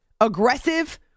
aggressive